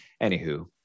Anywho